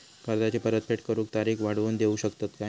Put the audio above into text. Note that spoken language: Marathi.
कर्जाची परत फेड करूक तारीख वाढवून देऊ शकतत काय?